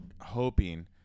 hoping